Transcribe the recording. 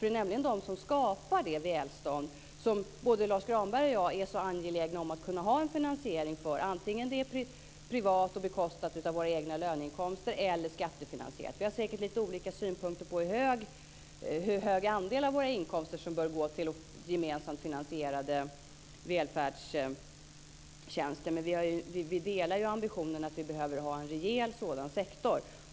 Det är nämligen de som skapar det välstånd som både Lars Granberg och jag är så angelägna om att ha en finansiering för, antingen privat och bekostat av våra egna löneinkomster eller skattefinansierat. Vi har säkert lite olika synpunkter på hur stor andel av våra inkomster som bör gå till gemensamt finansierade välfärdstjänster, men vi delar ambitionen att vi behöver ha en rejäl sådan sektor.